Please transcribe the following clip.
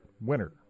winner